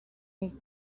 made